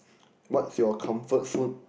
what's your comfort food